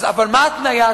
אבל מה ההתניה?